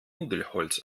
nudelholz